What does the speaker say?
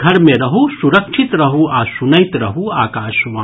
घर मे रहू सुरक्षित रहू आ सुनैत रहू आकाशवाणी